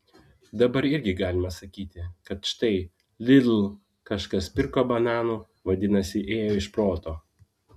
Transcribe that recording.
dabar irgi galima sakyti kad štai lidl kažkas pirko bananų vadinasi ėjo iš proto